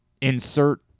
insert